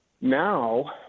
now